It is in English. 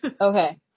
Okay